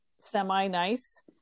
semi-nice